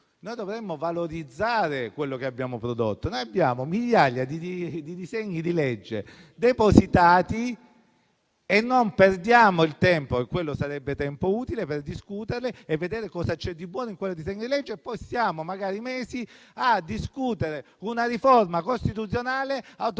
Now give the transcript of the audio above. su questo, valorizzare quello che abbiamo prodotto: abbiamo migliaia di disegni di legge depositati e non perdiamo il tempo - che sarebbe tempo utile - per discuterne e vedere cosa c'è di buono, ma poi stiamo magari mesi a discutere una riforma costituzionale autoritaria,